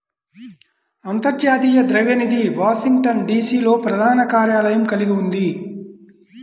అంతర్జాతీయ ద్రవ్య నిధి వాషింగ్టన్, డి.సి.లో ప్రధాన కార్యాలయం కలిగి ఉంది